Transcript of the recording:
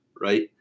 right